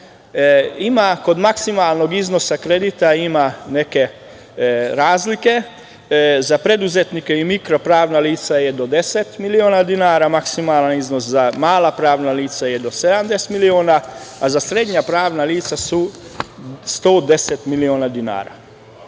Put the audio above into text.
dinara. Kod maksimalnog iznosa kredita ima neke razlike. Za preduzetnike i mikro pravna lica je do deset miliona dinara, maksimalan iznos za mala pravna lica je do 70 miliona, a za srednja pravna lica je 110 miliona dinara.